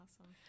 Awesome